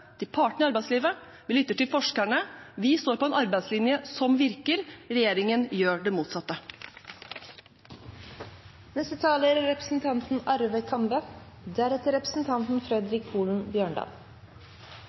til partene i arbeidslivet. Vi lytter til forskerne. Vi står på en arbeidslinje som virker. Regjeringen gjør det motsatte. Jeg er litt undrende til at representanten